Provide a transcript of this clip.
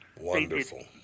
Wonderful